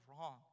wrong